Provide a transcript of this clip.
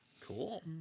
Cool